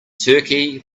turkey